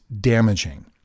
damaging